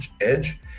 edge